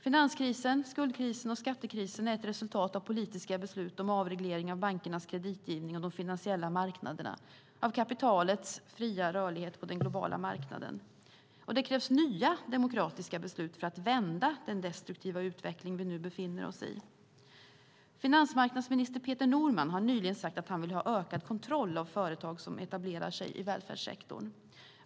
Finanskrisen, skuldkrisen och skattekrisen är ett resultat av politiska beslut om avreglering av bankernas kreditgivning och de finansiella marknaderna, av kapitalets fria rörlighet på den globala marknaden. Det krävs nya demokratiska beslut för att vända den destruktiva utveckling vi nu befinner oss i. Finansmarknadsminister Peter Norman har nyligen sagt att han vill ha ökad kontroll av företag som etablerar sig i välfärdssektorn.